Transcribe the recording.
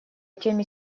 теме